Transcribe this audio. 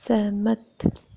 सैह्मत